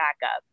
backup